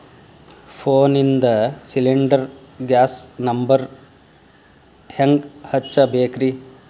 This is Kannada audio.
ಫೋನಿಂದ ಸಿಲಿಂಡರ್ ಗ್ಯಾಸ್ ನಂಬರ್ ಹೆಂಗ್ ಹಚ್ಚ ಬೇಕ್ರಿ?